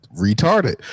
retarded